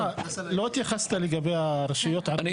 לא התייחסת לרשויות הערביות.